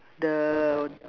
the